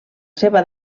seva